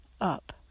up